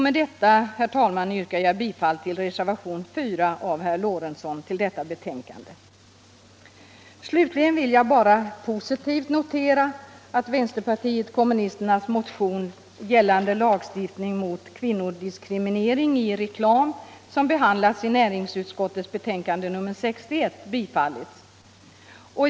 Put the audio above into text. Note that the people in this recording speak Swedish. Med detta, herr talman, yrkar Slutligen vill jag bara positivt notera att vänsterpartiet kommunisternas motion gällande lagstiftning mot kvinnodiskriminering i reklam, vilken behandlas i näringsutskottets betänkande nr 61, tillstyrkts.